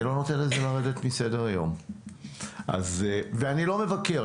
אני לא נותן לזה לרדת מסדר היום ואני לא מבקר,